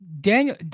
Daniel